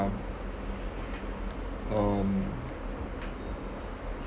their um